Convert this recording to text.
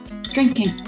drinking.